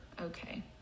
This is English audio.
okay